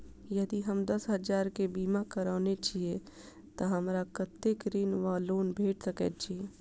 यदि हम दस हजार केँ बीमा करौने छीयै तऽ हमरा कत्तेक ऋण वा लोन भेट सकैत अछि?